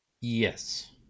Yes